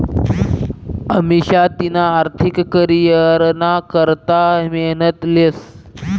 अमिषा तिना आर्थिक करीयरना करता मेहनत लेस